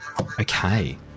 Okay